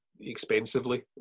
expensively